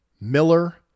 Miller